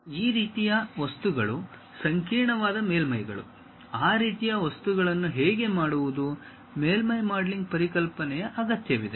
ಈ ರೀತಿಯ ವಸ್ತುಗಳು ಸಂಕೀರ್ಣವಾದ ಮೇಲ್ಮೈಗಳು ಆ ರೀತಿಯ ವಸ್ತುಗಳನ್ನು ಹೇಗೆ ಮಾಡುವುದು ಮೇಲ್ಮೈ ಮಾಡೆಲಿಂಗ್ ಪರಿಕಲ್ಪನೆಯ ಅಗತ್ಯವಿದೆ